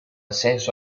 senso